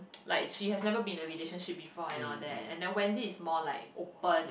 like she has never been in a relationship before and all that and then Wendy is more like open